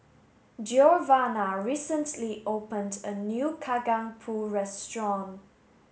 Giovanna recently opened a new Kacang Pool restaurant